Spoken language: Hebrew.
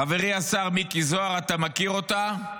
חברי השר מיקי זוהר, אתה מכיר אותה: